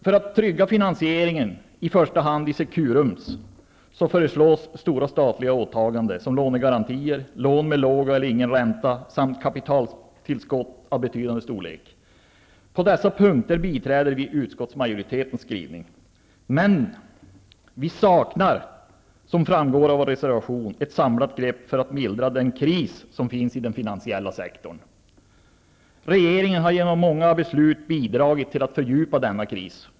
För att trygga finansieringen, i första hand i Securum, föreslås stora statliga åtaganden som lånegarantier, lån med låg eller ingen ränta samt kapitaltillskott av betydande storlek. På dessa punkter yrkar vi bifall till utskottets hemställan. Men vi saknar, som framgår av vår reservation, ett samlat grepp för att mildra den kris som finns i den finansiella sektorn. Regeringen har genom många beslut bidragit till att fördjupa krisen.